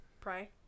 Pray